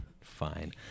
Fine